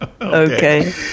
Okay